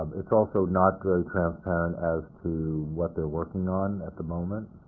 it's also not very transparent as to what they're working on at the moment.